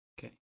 Okay